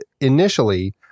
initially